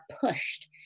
pushed